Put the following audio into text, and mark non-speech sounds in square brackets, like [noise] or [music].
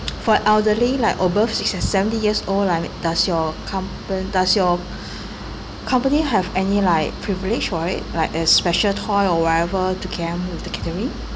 [noise] for elderly like above six and seventy years old like does your compa~ does your [breath] company have any like privilege for it like a special toy or whatever to them in the catering